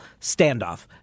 standoff